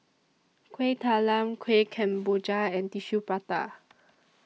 Kuih Talam Kueh Kemboja and Tissue Prata